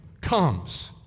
comes